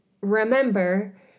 remember